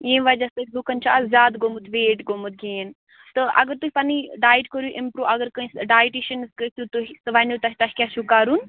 ییٚمۍ وَجہ سۭتۍ لُکَن چھِ آز زیادٕ گوٚمُت ویٹ گوٚمُت گین تہٕ اَگَر تُہۍ پنٕنۍ ڈایِٹ کٔرِو اِمپرٛوٗ اَگر کٲنٛسہِ ڈایٹِشَنَس گٔژھِو تُہۍ سُہ وَنیو تۄہہِ تۄہہِ کیٛاہ چھُو کَرُن